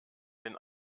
den